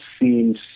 seems